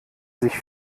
sich